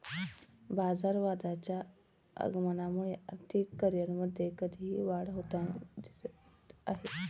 बाजारवादाच्या आगमनामुळे आर्थिक करिअरमध्ये कधीही वाढ होताना दिसत आहे